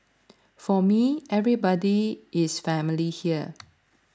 for me everybody is family here